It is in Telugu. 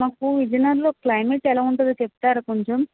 నాకు విజయనగరంలో క్లైమేట్ ఎలా ఉంటుందో చెప్తారా కొంచెం